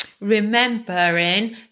remembering